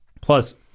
Plus